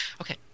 Okay